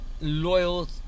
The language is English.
loyal